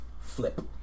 Flip